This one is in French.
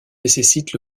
nécessite